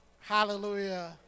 Hallelujah